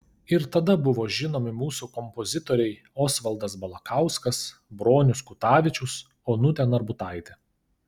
ir tada buvo žinomi mūsų kompozitoriai osvaldas balakauskas bronius kutavičius onutė narbutaitė